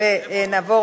נעבור